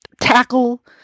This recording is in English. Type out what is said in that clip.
tackle